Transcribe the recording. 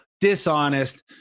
dishonest